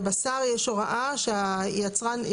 בבשר יש הוראה שהיצרן,